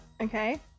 Okay